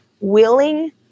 willing